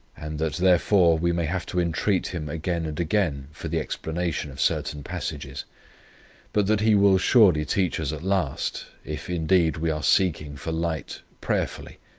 and that, therefore, we may have to entreat him again and again for the explanation of certain passages but that he will surely teach us at last, if indeed we are seeking for light prayerfully,